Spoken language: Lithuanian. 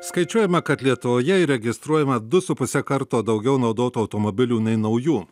skaičiuojama kad lietuvoje įregistruojama du su puse karto daugiau naudotų automobilių nei naujų